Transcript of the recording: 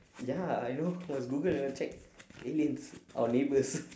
ya I know must google you know check aliens our neighbours